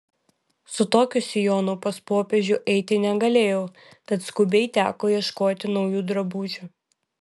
su tokiu sijonu pas popiežių eiti negalėjau tad skubiai teko ieškoti naujų drabužių